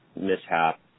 mishap